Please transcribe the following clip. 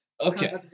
Okay